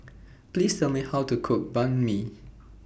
Please Tell Me How to Cook Banh MI